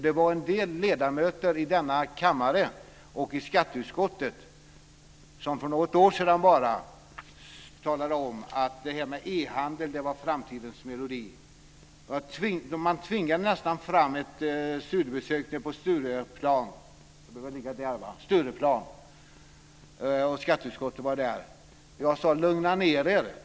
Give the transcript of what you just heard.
Det var en del ledamöter i denna kammare och i skatteutskottet som för bara något år sedan talade om att e-handel var framtidens melodi. Man tvingade nästan fram ett studiebesök på Stureplan och skatteutskottet var där. Jag sade: Lugna ner er!